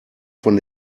von